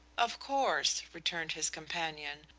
of course, returned his companion,